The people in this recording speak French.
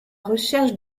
recherche